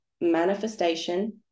manifestation